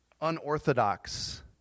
unorthodox